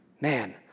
Man